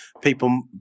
people